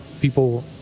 people